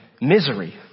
misery